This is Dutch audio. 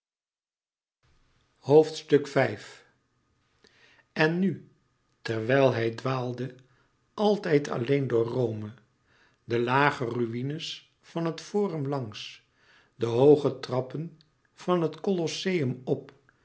en nu terwijl hij dwaalde altijd alleen door rome de lage ruïne's van het forum langs de hooge trappen van het colosseum op